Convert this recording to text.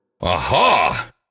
Aha